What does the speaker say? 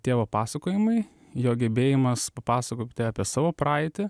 tėvo pasakojimai jo gebėjimas papasakoti apie savo praeitį